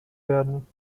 werden